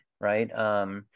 right